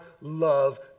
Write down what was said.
love